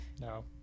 No